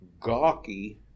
gawky